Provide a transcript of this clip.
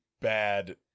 bad